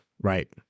right